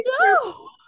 No